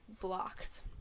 blocks